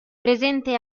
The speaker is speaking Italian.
presente